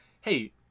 hey